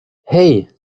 hey